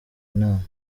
inama